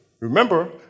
Remember